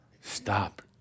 Stop